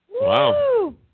Wow